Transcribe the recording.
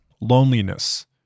loneliness